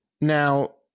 Now